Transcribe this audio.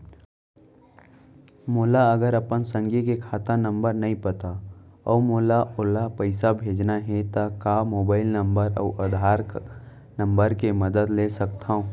मोला अगर अपन संगी के खाता नंबर नहीं पता अऊ मोला ओला पइसा भेजना हे ता का मोबाईल नंबर अऊ आधार नंबर के मदद ले सकथव?